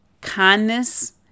kindness